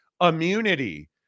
immunity